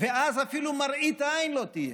ואז אפילו מראית עין לא תהיה.